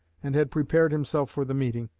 and had prepared himself for the meeting,